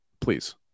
please